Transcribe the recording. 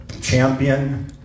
champion